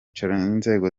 inzego